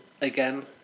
again